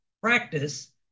practice